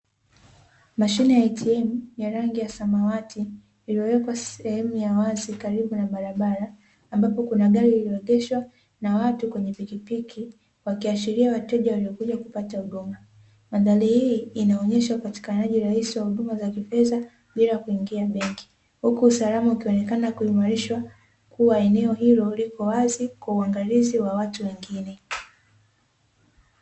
Mashine ya "ATM" ya rangi ya samawati iliyowekwa sehemu ya wazi karibu na barabara ambapo Kuna gari limeegeshwa na watu kwenye pikipiki ikiashiria wateja waliokuja kupata huduma . Mandhari hii inaonyesha upatikanaji rahisi wa huduma za fedha bila kuingia benki, huku usalama ukionekana kuimarishwa kuwa eneo hilo lipo wazi na kwa uangalizi wa watu wengine